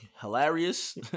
hilarious